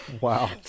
Wow